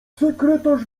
sekretarz